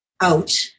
out